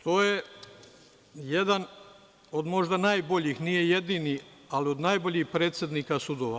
To je jedan možda od najboljih, nije jedini, ali od najboljih predsednika sudova.